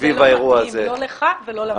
זה לא מתאים לא לך ולא לוועדה.